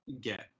get